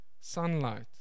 sunlight